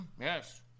yes